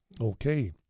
Okay